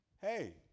Hey